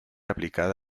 aplicada